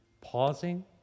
pausing